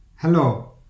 Hello